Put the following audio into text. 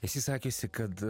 esi sakiusi kad